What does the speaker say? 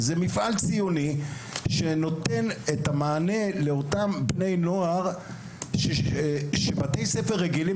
זה מפעל ציוני שנותן את המענה לאותם בני נוער שבתי ספר רגילים